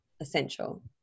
essential